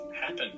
happen